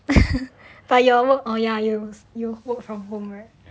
but you all work oh ya you work from home right